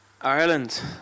Ireland